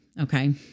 okay